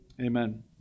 Amen